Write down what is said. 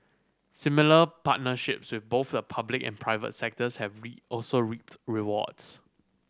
similar partnerships with both the public and private sectors have be also reaped rewards